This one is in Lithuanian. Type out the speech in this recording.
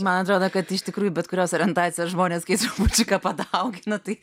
man atrodo kad iš tikrųjų bet kurios orientacijos žmonės kai trupučiuką padaugina tai